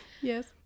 Yes